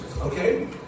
Okay